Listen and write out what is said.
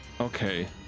Okay